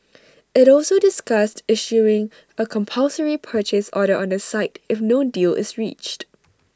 IT also discussed issuing A compulsory purchase order on the site if no deal is reached